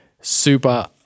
super